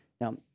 Now